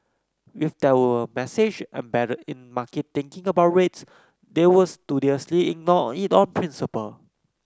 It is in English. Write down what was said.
if there were a message embedded in market thinking about rates they would studiously ignore it on principle